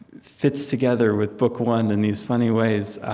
fits together with book one in these funny ways,